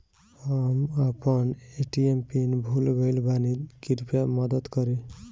हम अपन ATM PIN भूल गएल बानी, कृपया मदद करीं